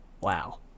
Wow